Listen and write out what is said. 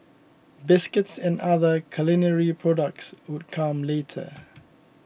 biscuits and other culinary products would come later